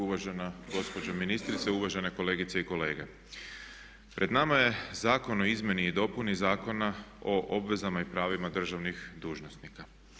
Uvažena gospođo ministrice, uvažene kolegice i kolege pred nama je Zakon o izmjeni i dopuni Zakona o obvezama i pravima državnih dužnosnika.